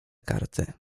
karty